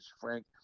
Frank